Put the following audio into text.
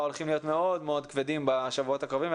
הולכים להיות מאוד מאוד כבדים בשבועות הקרובים,